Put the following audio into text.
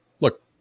Look